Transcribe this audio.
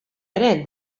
ere